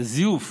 זיוף.